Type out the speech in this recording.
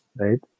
right